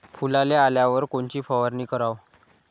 फुलाले आल्यावर कोनची फवारनी कराव?